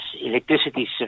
electricity